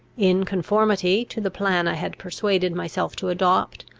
in conformity to the plan i had persuaded myself to adopt,